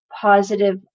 positive